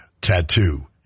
Tattoo